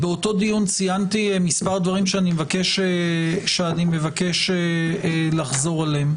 באותו דיון ציינתי מספר דברים שאני מבקש לחזור עליהם: